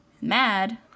mad